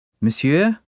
Monsieur